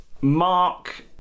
Mark